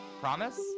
Promise